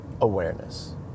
awareness